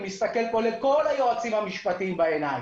אני מסתכל פה לכל היועצים המשפטיים בעיניים,